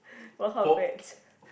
what kind of pets